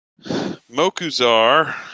Mokuzar